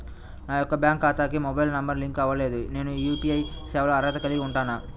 నా యొక్క బ్యాంక్ ఖాతాకి మొబైల్ నంబర్ లింక్ అవ్వలేదు నేను యూ.పీ.ఐ సేవలకు అర్హత కలిగి ఉంటానా?